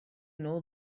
nhw